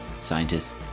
scientists